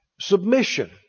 submission